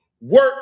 work